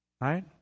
Right